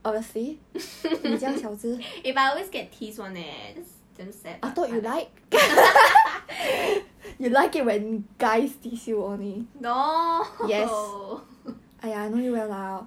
eh but I always get teased [one] leh 真 sad no